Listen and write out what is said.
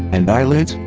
and eyelids?